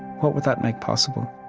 what would that make possible?